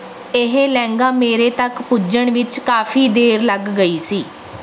ਇਹ ਲਹਿੰਗਾ ਮੇਰੇ ਤੱਕ ਪੁੱਜਣ ਵਿੱਚ ਕਾਫ਼ੀ ਦੇਰ ਲੱਗ ਗਈ ਸੀ